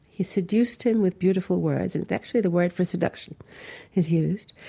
he seduced him with beautiful words. and actually, the word for seduction is used.